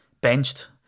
benched